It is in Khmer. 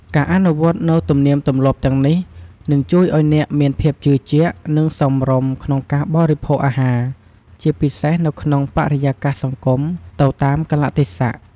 ការអនុវត្តនូវទំនៀមទម្លាប់ទាំងនេះ នឹងជួយឱ្យអ្នកមានភាពជឿជាក់ និងសមរម្យក្នុងការបរិភោគអាហារ ជាពិសេសនៅក្នុងបរិយាកាសសង្គម ទៅតាមកាលៈទេសៈ។